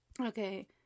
Okay